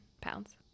pounds